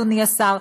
אדוני השר,